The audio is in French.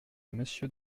mmonsieur